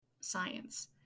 science